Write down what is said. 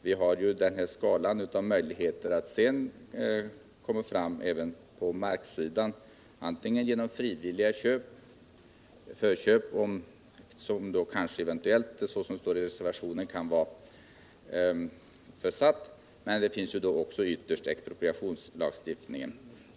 Vi har ju hela skalan av möjligheter att lösa markfrågorna: frivilliga köp, förköp — en möjlighet som enligt vad som står i reservationen eventuellt kan vara försatt — och ytterst expropriation.